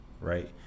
Right